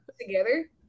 together